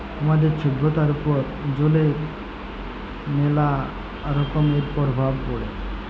আমাদের ছভ্যতার উপর জলের ম্যালা রকমের পরভাব পড়ে